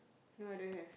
no I don't have